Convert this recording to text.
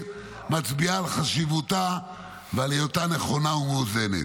מצביעה על חשיבותה ועל היותה נכונה ומאוזנת.